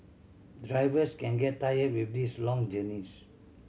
drivers can get tired with these long journeys